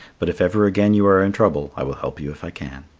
but if ever again you are in trouble, i will help you if i can.